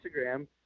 Instagram